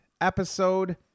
episode